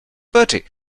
bertie